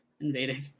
invading